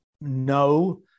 no